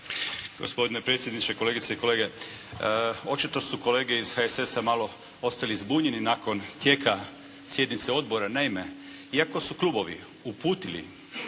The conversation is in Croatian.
Gospodine predsjedniče, kolegice i kolege. Očito su kolege iz HSS-a malo ostali zbunjeni nakon tijela sjednice odbora. Naime, iako su klubovi uputili